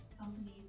companies